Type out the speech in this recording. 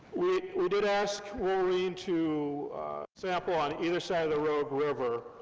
we did ask wolverine to sample on either side of the rogue river,